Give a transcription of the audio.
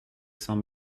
sans